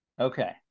Okay